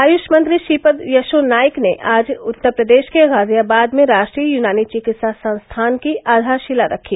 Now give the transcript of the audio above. आयुष मंत्री श्रीपद येशो नाइक ने आज उत्तरप्रदेश के गाजियाबाद में राष्ट्रीय यूनानी चिकित्सा संस्थान की आधारशिला रखी